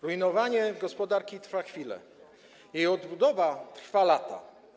Rujnowanie gospodarki trwa chwilę, jej odbudowa trwa lata.